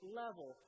level